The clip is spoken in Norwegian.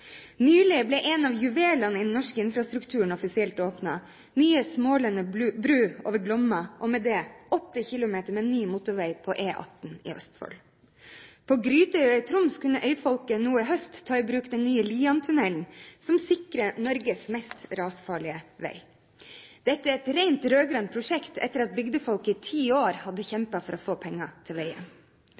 Nylig ble en av juvelene i norsk infrastruktur offisielt åpnet: nye Smålenene bru over Glomma, og med det 8 km med ny motorvei på E18 i Østfold. På Grytøya i Troms kunne øyfolket nå i høst ta i bruk den nye Liantunnelen som sikrer Norges mest rasfarlige vei. Dette er et rent rød-grønt prosjekt etter at bygdefolket i ti år hadde kjempet for å få penger til